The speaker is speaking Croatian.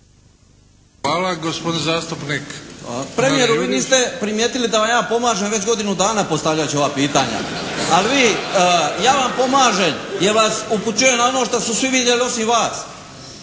Marin (SDP)** Premijeru vi niste primijetili da vam ja pomažem već godinu dana postavljajući ova pitanja. Ja vam pomažem jer vas upućujem na ono što su svi vidjeli osim vas